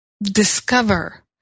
discover